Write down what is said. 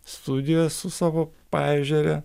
studija su savo paežere